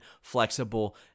flexible